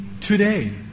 today